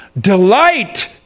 Delight